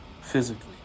physically